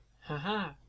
Haha